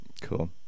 Cool